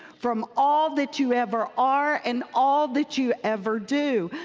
from all that you ever are and all that you ever do.